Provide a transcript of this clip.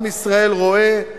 עם ישראל רואה,